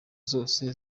zose